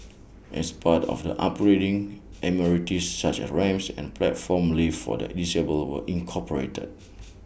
as part of the upgrading amenities such as ramps and A platform lift for the disabled were incorporated